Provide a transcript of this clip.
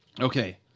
Okay